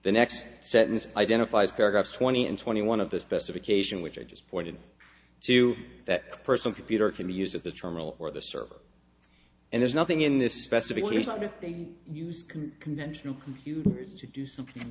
the next sentence identifies paragraphs twenty and twenty one of the specification which i just pointed to that person computer can be used at the terminal or the server and there's nothing in this specification with the use conventional computers to do something